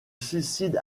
suicide